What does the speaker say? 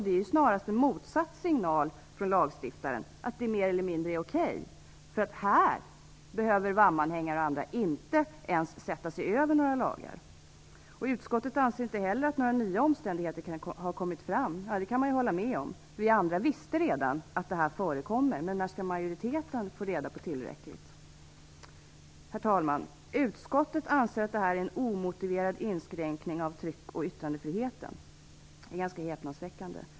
Det ger snarast en motsatt signal från lagstiftaren - att det mer eller mindre är okej. VAM - anhängare eller andra behöver i det här fallet inte ens sätta sig över några lagar. Utskottet anser inte heller att några nya omständigheter har framkommit. Ja, det kan man ju hålla med om. Vi andra visste redan att hets förekommer. När skall majoriteten få tillräcklig information? Herr talman! Utskottet anser att det här är en omotiverad inskränkning av tryckfriheten och yttrandefriheten. Det är ganska häpnadsväckande.